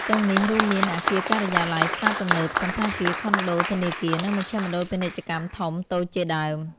ទាំងនេះរួមមាន អគារការិយាល័យ ផ្សារទំនើប សណ្ឋាគារ ខុនដូ ធនាគារ និងមជ្ឈមណ្ឌលពាណិជ្ជកម្មធំ តូចជាដើម។